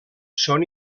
són